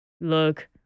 look